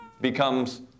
becomes